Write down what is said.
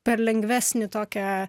per lengvesnį tokią